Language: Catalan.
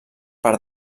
per